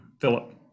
Philip